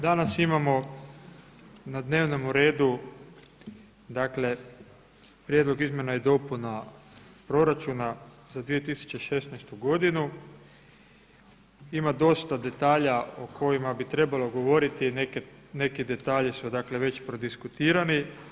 Danas imamo na dnevnome redu dakle Prijedlog izmjena i dopuna proračuna za 2016. godinu, ima dosta detalja o kojima bi trebalo govoriti, neki detalji su dakle već prodiskutirani.